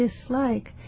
dislike